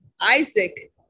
Isaac